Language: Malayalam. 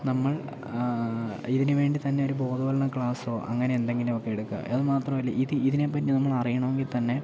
നമ്മൾ ഇതിന് വേണ്ടി തന്നെ ഒരു ബോധവത്കരണ ക്ലാസോ അങ്ങനെ എന്തെങ്കിലും ഒക്കെ എടുക്കുക അത് മാത്രമല്ല ഇതിന് ഇതിനെ പറ്റി നമ്മൾ അറിയണമെങ്കിൽ തന്നെ